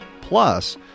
Plus